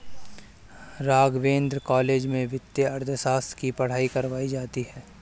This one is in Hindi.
राघवेंद्र कॉलेज में वित्तीय अर्थशास्त्र की पढ़ाई करवायी जाती है